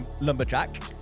lumberjack